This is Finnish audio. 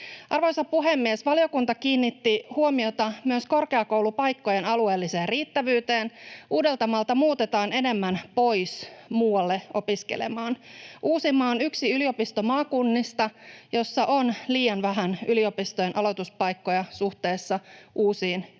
Arvoisa puhemies! Valiokunta kiinnitti huomiota myös korkeakoulupaikkojen alueelliseen riittävyyteen. Uudeltamaalta muutetaan enemmän pois muualle opiskelemaan. Uusimaa on yksi yliopistomaakunnista, joissa on liian vähän yliopistojen aloituspaikkoja suhteessa uusiin ylioppilaisiin.